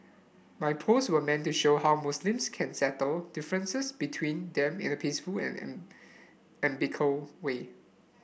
my post were meant to show how Muslims can settle differences between them in a peaceful and and amicable way